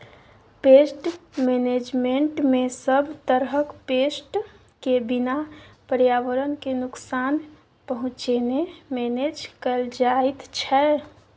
pest मेनेजमेन्टमे सब तरहक पेस्ट केँ बिना पर्यावरण केँ नुकसान पहुँचेने मेनेज कएल जाइत छै